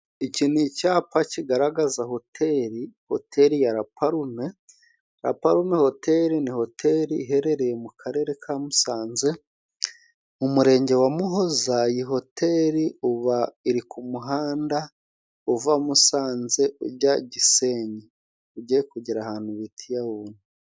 Iki ni icyapa kigaragaza hoteli, hoteli ya laparume. Laparume hoteli ni hotel iherereye mu karere ka Musanze mu murenge wa Muhoza iyi hoteli uba iri ku muhanda uva Musanze ujya Gisenyi ugiye kugera ahantu bita iyawunde.